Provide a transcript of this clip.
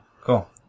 Cool